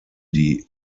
die